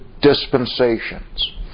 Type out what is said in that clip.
dispensations